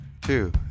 two